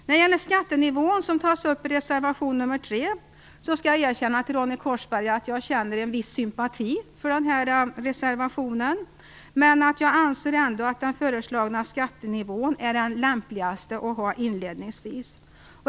När det gäller skattenivån, som tas upp i reservation nr 3, skall jag erkänna, Ronny Korsberg, att jag känner en viss sympati för denna reservation, men jag anser ändå att den föreslagna skattenivån är lämpligast inledningsvis.